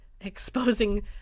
exposing